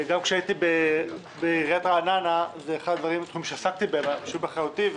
גם כשהייתי בעיריית רעננה זה אחד הדברים שעסקתי בהם והיו באחריותי.